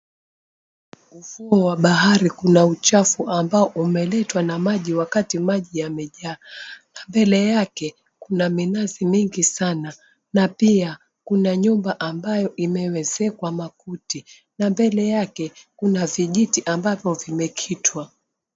Ufuo wa bahari kuna uchafu ambao umeletwa na maji wakati maji yamejaa na mbele yake kuna minazi mingi sana na pia kuna nyumba ambayo imewezekwa makuti na mbele yake kuna vijiti ambavyo vimekitwa.